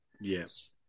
Yes